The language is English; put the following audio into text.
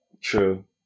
True